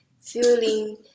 feeling